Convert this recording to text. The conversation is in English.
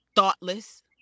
thoughtless